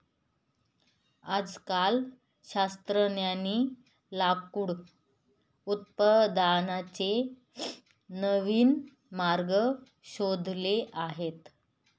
आजकाल शास्त्रज्ञांनी लाकूड उत्पादनाचे नवीन मार्ग शोधले आहेत